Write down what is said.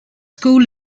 school